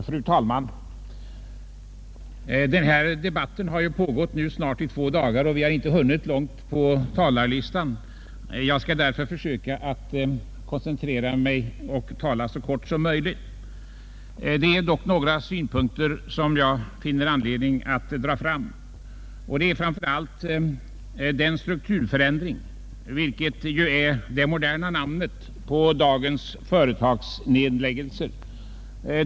Fru talman! Denna debatt har nu pågått i snart två dagar och vi har inte hunnit långt på talarlistan. Jag skall därför söka koncentrera mig och tala så kortfattat som möjligt. Det är dock nägra synpunkter som jag finner anledning att dra fram, först beträffande strukturförändringen, vilket ju är det moderna namnet på dagens företagsnedläggelser.